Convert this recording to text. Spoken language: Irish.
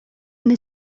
ina